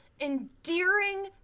endearing